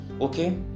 okay